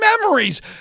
memories